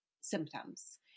symptoms